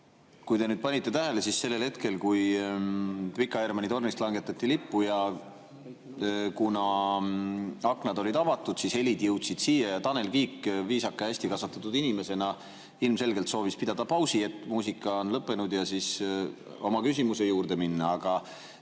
Kui te panite tähele, sellel hetkel, kui Pika Hermanni tornist langetati lippu ja kuna aknad olid avatud, siis helid jõudsid siia. Tanel Kiik viisaka ja hästi kasvatatud inimesena ilmselgelt soovis pidada pausi, kuni muusika on lõppenud, ja siis oma küsimuse juurde minna. Te